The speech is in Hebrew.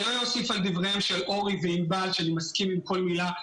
אני לא אוסיף על דברי אורי וענבל שאני מסכים עם כל מילה.